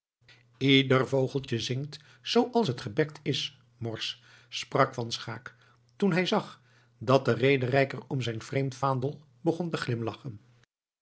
ieder vogeltje zingt zooals het gebekt is morsch sprak van schaeck toen hij zag dat de rederijker om zijn vreemd vaandel begon te glimlachen